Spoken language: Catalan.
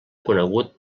conegut